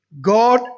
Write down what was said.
God